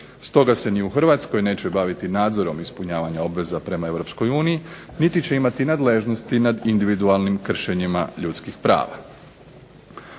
Stoga se ni u Hrvatskoj neće baviti nadzorom ispunjavanja obveza prema EU niti će imati nadležnosti nad individualnim kršenjima ljudskih prava.